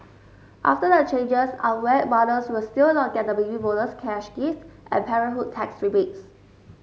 after the changes unwed mothers will still not get the Baby Bonus cash gift and parenthood tax rebates